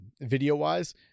video-wise